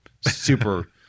super